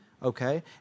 Okay